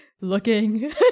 looking